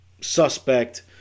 suspect